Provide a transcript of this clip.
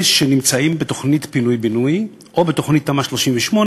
שנמצאים בתוכנית פינוי-בינוי או בתמ"א 38,